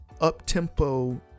up-tempo